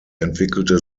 entwickelte